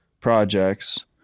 projects